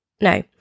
No